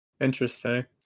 interesting